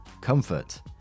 comfort